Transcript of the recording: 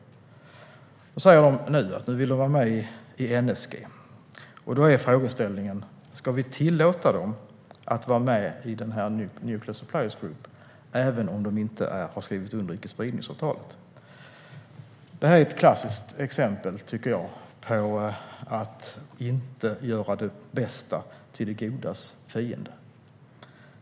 Indien säger nu att man vill vara med i NSG, och då är frågeställningen: Ska vi tillåta landet att vara med i Nuclear Suppliers Group även om det inte har skrivit under icke-spridningsavtalet? Jag tycker att detta är ett klassiskt exempel på att inte göra det bästa till det godas fiende.